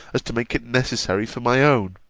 as to make it necessary for my own!